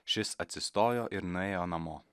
šis atsistojo ir nuėjo namo